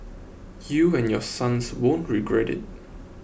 you and your sons won't regret it